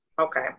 okay